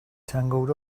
tangled